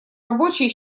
рабочие